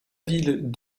ville